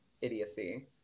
idiocy